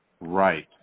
Right